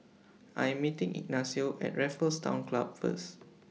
I Am meeting Ignacio At Raffles Town Club First